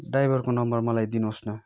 ड्राइभरको नम्बर मलाई दिनुहोस् न